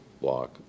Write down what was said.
block